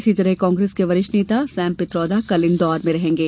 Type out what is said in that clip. इसी तरह कांग्रेस के वरिष्ठ नेता सेम पैत्रोदा कल इंदौर में रहेंगे